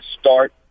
start